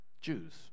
Jews